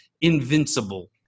invincible